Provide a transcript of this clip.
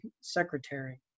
secretary